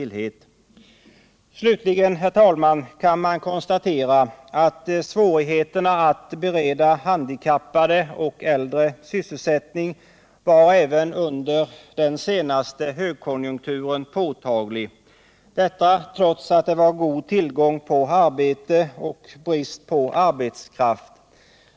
Skyddat arbete och Slutligen, herr talman, kan man konstatera att svårigheterna att bereda — yrkesinriktad handikappade och äldre sysselsättning var påtagliga även under den serehabilitering naste högkonjunkturen, trots att det var god tillgång på arbete och brist m.m. på arbetskraft.